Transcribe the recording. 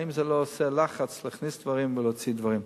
האם זה לא עושה לחץ להכניס דברים ולהוציא דברים.